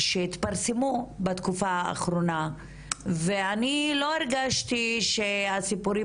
שהתפרסמו בתקופה האחרונה ואני לא הרגשתי שהסיפורים